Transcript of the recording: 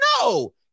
no